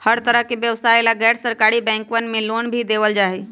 हर तरह के व्यवसाय ला गैर सरकारी बैंकवन मे लोन भी देवल जाहई